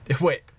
Wait